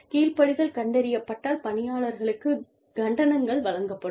கீழ்ப்படிதல் கண்டறியப்பட்டால் பணியாளர்களுக்குக் கண்டனங்கள் வழங்கப்படும்